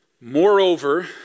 Moreover